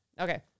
Okay